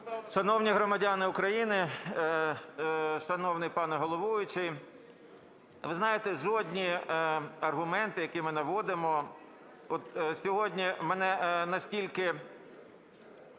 Шановні громадяни України, шановний пане головуючий, ви знаєте, жодні аргументи, які ми наводимо… От сьогодні мене настільки